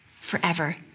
forever